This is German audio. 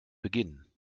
beginnen